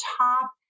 top